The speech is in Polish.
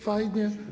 Fajnie?